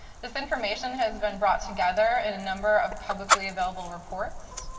this information has been brought together in a number of publicly available reports.